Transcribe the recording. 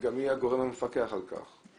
מי הגורם המפקח על כך.